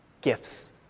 gifts